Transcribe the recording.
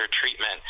treatment